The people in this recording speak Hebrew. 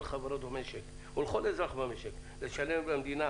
החברות במשק ולכל אזרח במדינה לשלם למדינה